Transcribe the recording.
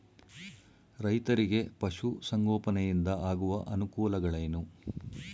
ರೈತರಿಗೆ ಪಶು ಸಂಗೋಪನೆಯಿಂದ ಆಗುವ ಅನುಕೂಲಗಳೇನು?